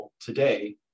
today